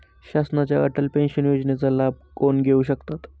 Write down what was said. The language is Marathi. शासनाच्या अटल पेन्शन योजनेचा लाभ कोण घेऊ शकतात?